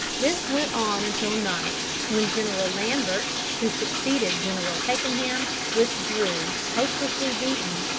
this went on until night, when general lambert, who succeeded general pakenham, withdrew, hopelessly beaten,